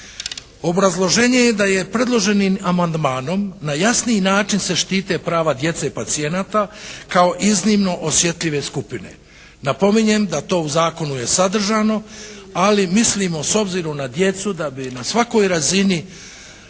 Obrazloženje je da je predloženim amandmanom na jasniji način se štite prava djece pacijenata kao iznimno osjetljive skupine. Napominjem da to u zakonu je sadržano, ali mislimo s obzirom na djecu da bi na svakoj razini